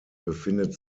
befindet